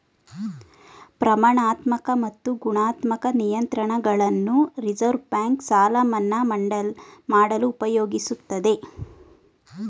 ಪ್ರಮಾಣಾತ್ಮಕ ಮತ್ತು ಗುಣಾತ್ಮಕ ನಿಯಂತ್ರಣಗಳನ್ನು ರಿವರ್ಸ್ ಬ್ಯಾಂಕ್ ಸಾಲ ಮನ್ನಾ ಮಾಡಲು ಉಪಯೋಗಿಸುತ್ತದೆ